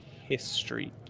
history